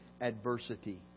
adversity